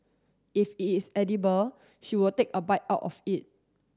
if it is edible she will take a bite out of it